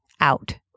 out